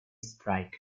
strike